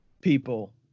People